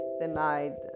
denied